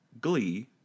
Glee